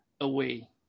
away